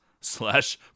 slash